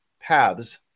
paths